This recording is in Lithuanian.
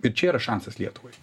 ir čia yra šansas lietuvai